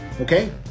Okay